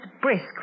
brisk